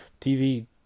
TV